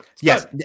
Yes